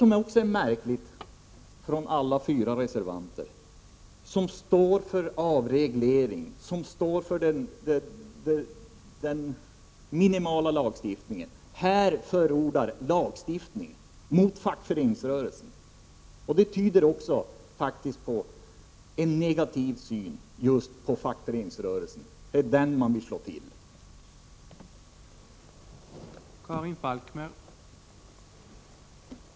Vad som är märkligt är att alla fyra reservanterna — som står för avreglering och för att man skall ha minimal lagstiftning — här förordar lagstiftning mot fackföreningsrörelsen. Det tyder faktiskt på en negativ syn på just fackföreningsrörelsen. Det är den man vill slå till mot.